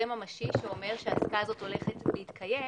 ממשי שאומר שהעסקה הזו הולכת להתקיים.